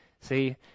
see